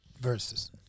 versus